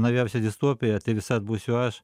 naujausia distopija te visad būsiu aš